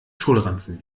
schulranzen